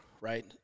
right